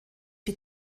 die